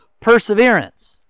perseverance